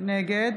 נגד